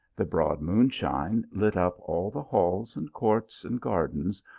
the broad moonshine lit up all the halls, and courts, and gardens,